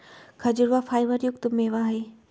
खजूरवा फाइबर युक्त मेवा हई